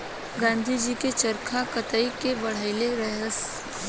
गाँधी जी चरखा कताई के बढ़इले रहस